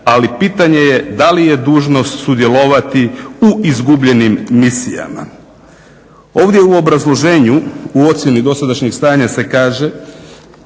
je pitanje da li je dužnost sudjelovati u izgubljenim misijama. Ovdje u obrazloženju u ocjeni dosadašnjeg stanja se kaže